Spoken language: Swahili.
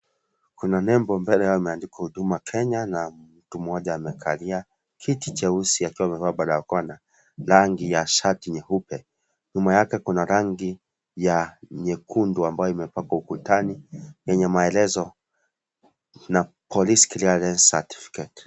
Kuna nembo mbele yao imeandikwa Huduma Kenya na mtu mmoja amekalia kiti cheusi akiwa amevalia barakoa na rangi ya shati nyeupe, nyuma yake kuna rangi ya nyekundu ambayo imepakwa ukutani yenye maelezo na Police Clearance certificate .